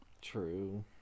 True